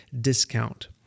discount